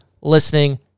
listening